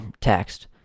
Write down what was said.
text